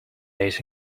days